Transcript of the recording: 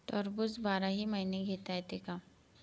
टरबूज बाराही महिने घेता येते का?